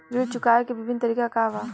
ऋण चुकावे के विभिन्न तरीका का बा?